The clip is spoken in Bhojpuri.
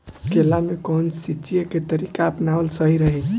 केला में कवन सिचीया के तरिका अपनावल सही रही?